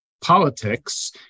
politics